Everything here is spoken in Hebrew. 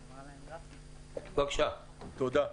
תודה.